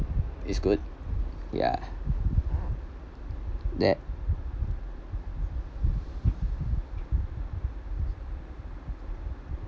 is good ya that